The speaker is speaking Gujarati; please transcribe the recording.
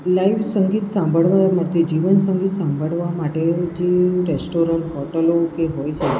લાઇવ સંગીત સાંભળવા માટે જીવન સંગીત સાંભળવા માટે જે રેસ્ટોરન્ટ હોટલો કે હોય છે